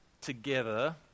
together